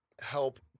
help